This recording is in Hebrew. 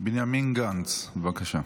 בנימין גנץ, בבקשה.